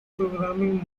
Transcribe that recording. programming